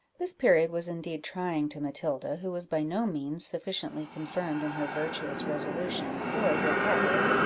this period was indeed trying to matilda, who was by no means sufficiently confirmed in her virtuous resolutions, or good habits,